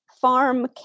farm